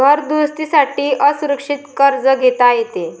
घर दुरुस्ती साठी असुरक्षित कर्ज घेता येते